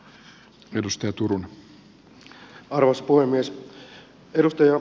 arvoisa puhemies